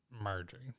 merging